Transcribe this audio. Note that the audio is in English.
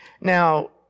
Now